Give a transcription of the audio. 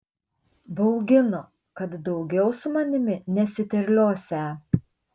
baugino kad daugiau su manimi nesiterliosią